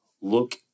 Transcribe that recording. look